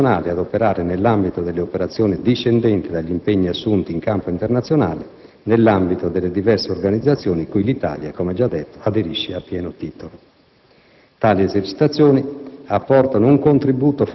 Esse assumono notevole rilevanza, in quanto funzionali ad operare nell'ambito delle operazioni discendenti dagli impegni assunti in campo internazionale e nell'ambito delle diverse organizzazioni cui l'Italia aderisce a pieno titolo.